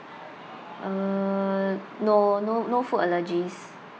uh no no no food allergies